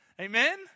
Amen